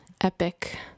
epic